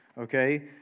okay